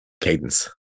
Cadence